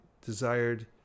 desired